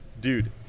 dude